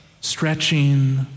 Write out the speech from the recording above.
stretching